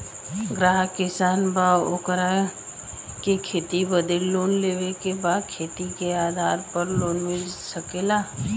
ग्राहक किसान बा ओकरा के खेती बदे लोन लेवे के बा खेत के आधार पर लोन मिल सके ला?